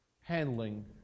handling